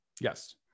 Yes